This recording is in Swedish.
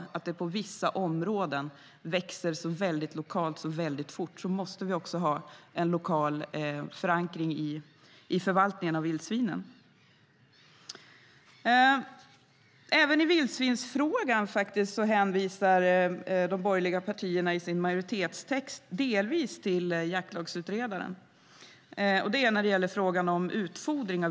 Just för att stammen på vissa områden lokalt växer så väldigt fort måste vi ha en lokal förankring i förvaltningen av vildsvinen. Även i vildsvinsfrågan hänvisar de borgerliga partierna i sin majoritetstext delvis till jaktlagsutredaren. Det är när det gäller frågan om utfodring.